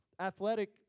Athletic